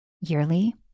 yearly